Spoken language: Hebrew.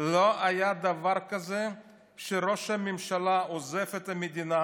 לא היה דבר כזה שראש הממשלה עוזב את המדינה